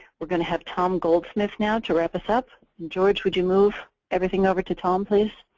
we're going to have tom goldsmith now, to wrap us up. george, would you move everything over to tom, please?